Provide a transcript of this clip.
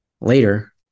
later